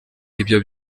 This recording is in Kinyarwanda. ibyo